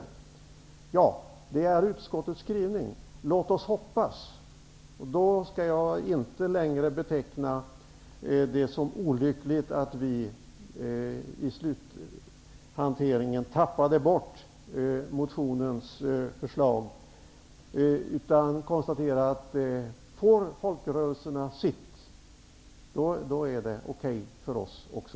Ja, det är utskottets skrivning. Låt oss hoppas! Då skall jag inte längre beteckna det som olyckligt att vi i sluthanteringen tappade bort motionens förslag utan konstaterar att får folkrörelserna sitt, då är det okej för oss också.